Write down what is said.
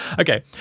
Okay